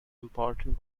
important